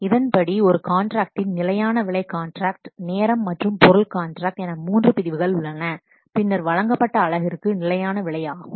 இதன் படி ஒரு காண்ட்ராக்டில் நிலையான விலை கான்ட்ராக்ட் நேரம் மற்றும் பொருள் கான்ட்ராக்ட் என மூன்று பிரிவுகள் உள்ளன பின்னர் வழங்கப்பட்ட அலகிற்கு நிலையான விலை ஆகும்